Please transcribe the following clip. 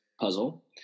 puzzle